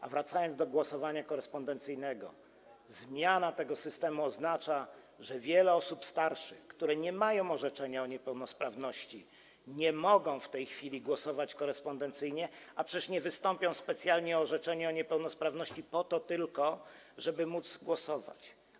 A wracając do głosowania korespondencyjnego, chcę powiedzieć, iż zmiana tego systemu oznacza, że wiele starszych osób, które nie mają orzeczenia o niepełnosprawności, nie może w tej chwili głosować korespondencyjnie, a przecież nie wystąpią one specjalnie o orzeczenie o niepełnosprawności tylko po to, żeby móc głosować.